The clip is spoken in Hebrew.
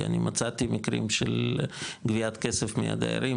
כי אני מצאתי מקרים של גביית כסף מהדיירים,